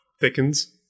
thickens